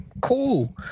Cool